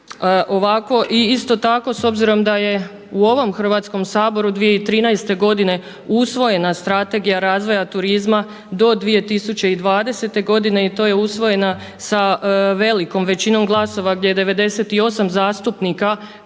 Ovako i isto tako s obzirom da je u ovom Hrvatskom saboru 2013. godine usvojena Strategija razvoja turizma do 2020. godine i to je usvojena sa velikom većinom glasova, gdje je 98 zastupnika koji